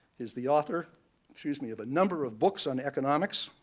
he's the author excuse me of a number of books on economics,